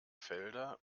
felder